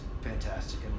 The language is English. fantastic